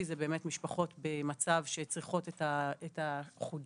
הן באמת משפחות במצב שצריכות את החודשי,